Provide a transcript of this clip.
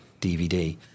DVD